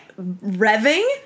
revving